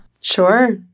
Sure